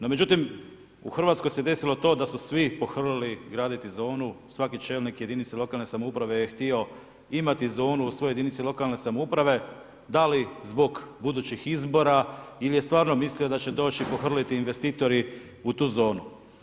No međutim, u Hrvatskoj se desilo to da su svi pohrlili graditi zonu, svaki čelnik jedinice lokalne samouprave je htio imati zonu u svojoj jedinici lokalne samouprave da li zbog budućih izbora ili je stvarno mislio da će doći i pohrliti investitori u tu zonu.